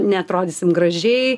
neatrodysim gražiai